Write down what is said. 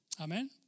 Amen